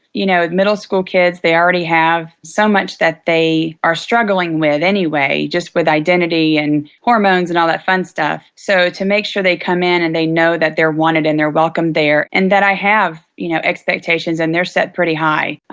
you know, middle school kids, they already have so much that they are struggling with anyway just with identity and hormones and all that fun stuff so, to make sure they come in and they know that they're wanted and they're welcome there, and that i have, you know, expectations and they're set pretty high,